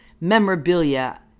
memorabilia